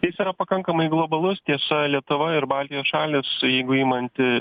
jis yra pakankamai globalus tiesa lietuva ir baltijos šalys jeigu imant